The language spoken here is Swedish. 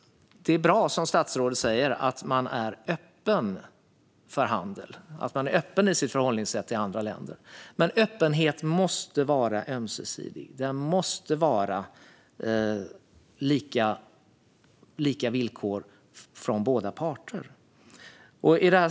Det är bra att regeringen är öppen för handel och i sitt förhållningssätt till andra länder. Men öppenhet måste vara ömsesidig, och det måste vara lika villkor för båda parter.